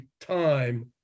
time